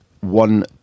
one